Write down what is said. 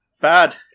bad